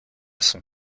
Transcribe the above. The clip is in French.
son